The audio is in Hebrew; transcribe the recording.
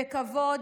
בכבוד,